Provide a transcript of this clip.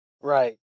Right